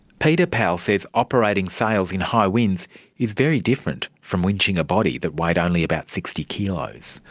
peter powell says operating sails in high winds is very different from winching a body that weighed only about sixty kilos.